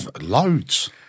Loads